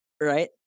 Right